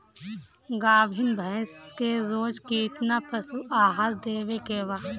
गाभीन भैंस के रोज कितना पशु आहार देवे के बा?